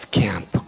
camp